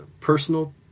personal